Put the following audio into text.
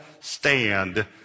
stand